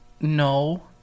No